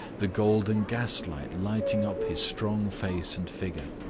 the golden gaslight lighting up his strong face and figure.